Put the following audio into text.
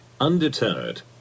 undeterred